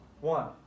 one